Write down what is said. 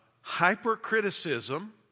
Hypercriticism